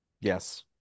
yes